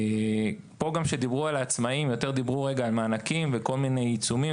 פה כשדיברו על העצמאיים דיברו על המענקים וכל מיני עיצומים,